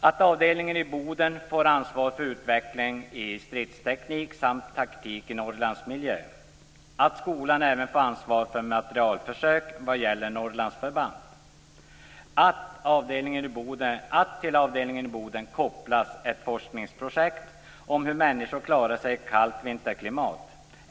Att avdelningen i Boden får ansvar för utvecklingen i stridsteknik samt taktik i Norrlandsmiljö. Att skolan även får ansvar för materialförsök vad gäller Norrlandsförband. Att till avdelningen i Boden kopplas forskningsprojekt om hur människor klarar sig i kallt vinterklimat.